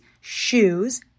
shoes